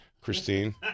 Christine